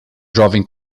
jovem